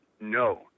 no